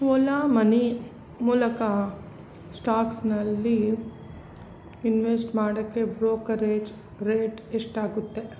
Ola money ಮೂಲಕ ಸ್ಟಾಕ್ಸ್ನಲ್ಲಿ invest ಮಾಡೋಕ್ಕೆ ಬ್ರೋಕರೇಜ್ ರೇಟ್ ಎಷ್ಟಾಗುತ್ತೆ